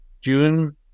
June